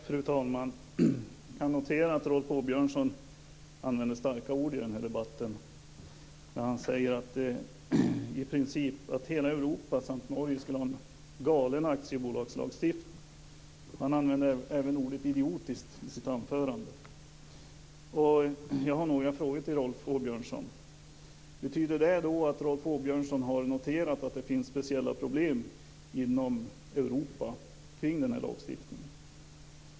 Fru talman! Jag kan notera att Rolf Åbjörnsson använde starka ord i den här debatten. Han säger att i princip hela Europa samt Norge skulle ha en galen aktiebolagslagstiftning. Han använde även ordet idiotiskt i sitt anförande. Jag har några frågor till Rolf Åbjörnsson: Betyder detta att Rolf Åbjörnsson har noterat att det finns speciella problem inom Europa kring den här lagstiftningen?